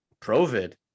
Provid